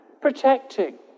protecting